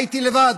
הייתי לבד.